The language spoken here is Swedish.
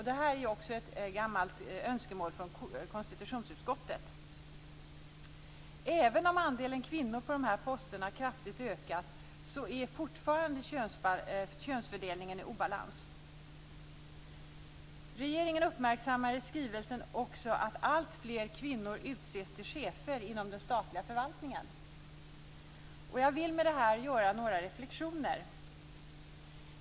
Detta är också ett gammalt önskemål från konstitutionsutskottet. Även om andelen kvinnor på dessa poster kraftigt har ökat är könsfördelningen fortfarande i obalans. Regeringen uppmärksammar också i skrivelsen att alltfler kvinnor utses till chefer inom den statliga förvaltningen. I det sammanhanget vill jag göra några reflexioner.